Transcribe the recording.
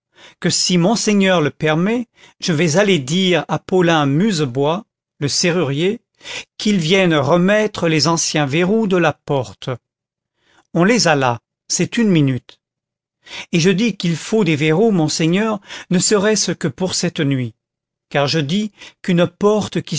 que si monseigneur le permet je vais aller dire à paulin musebois le serrurier qu'il vienne remettre les anciens verrous de la porte on les a là c'est une minute et je dis qu'il faut des verrous monseigneur ne serait-ce que pour cette nuit car je dis qu'une porte